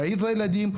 להעיר את הילדים,